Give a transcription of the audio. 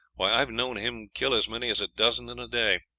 why, i have known him kill as many as a dozen in a day.